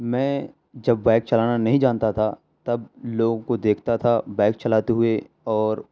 میں جب بائک چلانا نہیں جانتا تھا تب لوگوں کو دیکھتا تھا بائک چلاتے ہوئے اور